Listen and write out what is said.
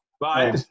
Bye